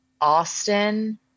Austin